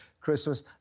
Christmas